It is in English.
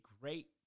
great